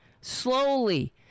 Slowly